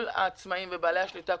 כל העצמאים ובעלי השליטה,